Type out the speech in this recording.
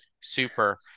super